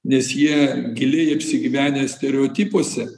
nes jie giliai apsigyvenę stereotipuose